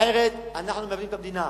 אחרת אנחנו מאבדים את המדינה.